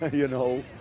ah you know?